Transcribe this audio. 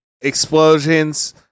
Explosions